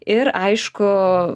ir aišku